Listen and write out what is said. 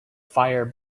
fire